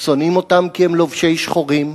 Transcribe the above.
שונאים אותם כי הם לובשי שחורים,